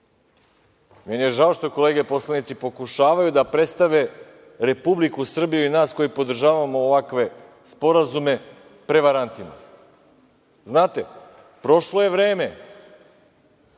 Meni je žao što kolege poslanici pokušavaju da predstave Republiku Srbiju i nas koji podržavamo ovakve sporazume prevarantima. Znate, prošlo je vreme